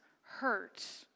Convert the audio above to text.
hurt